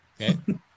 Okay